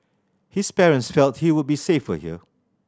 his parents felt he would be safer here